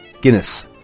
Guinness